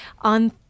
on